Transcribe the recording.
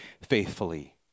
faithfully